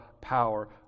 power